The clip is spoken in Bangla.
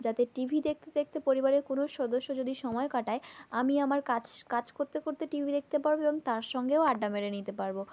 যাতে টিভি দেখতে দেখতে পরিবারের কোনো সদস্য যদি সময় কাটায় আমি আমার কাজ করতে করতে টিভি দেখতে পারব এবং তার সঙ্গেও আড্ডা মেরে নিতে পারব